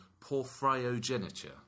porphyrogeniture